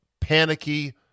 panicky